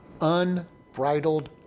unbridled